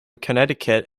connecticut